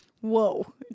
Whoa